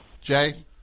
Jay